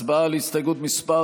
הצבעה על הסתייגות מס'